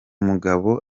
mugabo